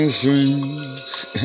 dreams